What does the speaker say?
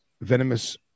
venomous